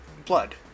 blood